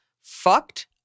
Fucked